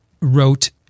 wrote